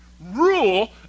rule